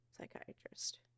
psychiatrist